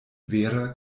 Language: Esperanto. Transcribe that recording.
vera